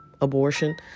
abortion